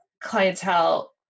clientele